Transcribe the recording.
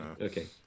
Okay